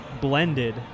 blended